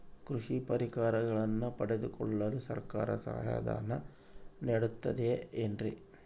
ಕೃಷಿ ಪರಿಕರಗಳನ್ನು ಪಡೆದುಕೊಳ್ಳಲು ಸರ್ಕಾರ ಸಹಾಯಧನ ನೇಡುತ್ತದೆ ಏನ್ರಿ?